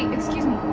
excuse me.